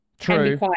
true